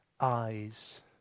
eyes